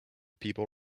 people